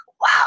wow